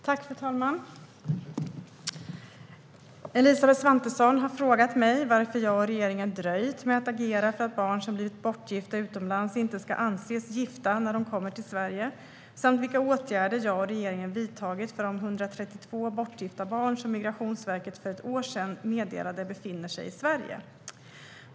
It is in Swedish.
Fru talman! Elisabeth Svantesson har frågat mig varför jag och regeringen har dröjt med att agera för att barn som blivit bortgifta utomlands inte ska anses som gifta när de kommer till Sverige samt vilka åtgärder jag och regeringen har vidtagit för de 132 bortgifta barn som Migrationsverket för ett år sedan meddelade befinner sig i Sverige.